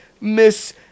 Miss